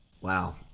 Wow